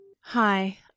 Hi